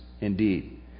indeed